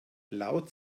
laut